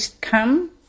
come